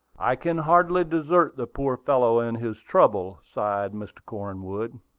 i can hardly desert the poor fellow in his trouble, sighed mr. cornwood.